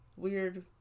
weird